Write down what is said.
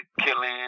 killing